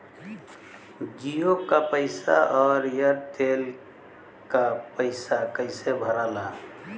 जीओ का पैसा और एयर तेलका पैसा कैसे भराला?